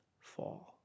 fall